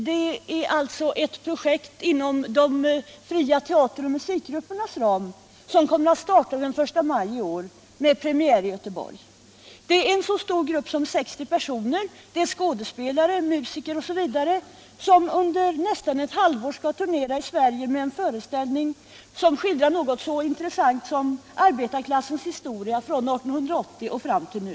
Det är ett projekt inom de fria teateroch musikgruppernas ram som kommer att starta den I maj i år med premiär i Göteborg. En grupp på 60 personer —- skådespelare, musiker osv. — skall under nästan ett halvår turnera i Sverige med en föreställning som skildrar något så intressant som arbetarklassens historia från 1880 och fram till nu.